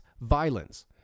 violence